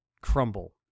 crumble